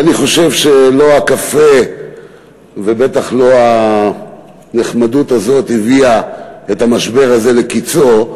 אני חושב שלא הקפה ובטח לא הנחמדות הזאת הביאה את המשבר הזה לקצו,